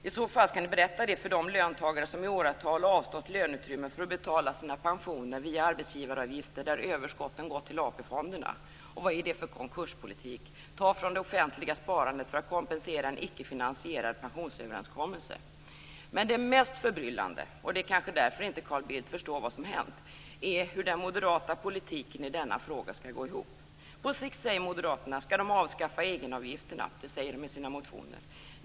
I så fall skall ni berätta det för de löntagare som i åratal har avstått löneutrymme för att betala sina pensioner via arbetsgivaravgifter där överskotten har gått till AP fonderna. Och vad är det för konkurspolitik att ta från det offentliga sparandet för att kompensera en ickefinansierad pensionsöverenskommelse? Men det som är mest förbryllande - och det är kanske därför Carl Bildt inte förstår vad som har hänt - är hur den moderata politiken i denna fråga skall gå ihop. På sikt, säger moderaterna i sina motioner, skall de avskaffa egenavgifterna.